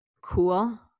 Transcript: cool